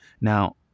Now